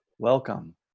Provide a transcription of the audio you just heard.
Welcome